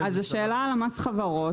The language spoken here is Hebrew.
אז השאלה למס חברות,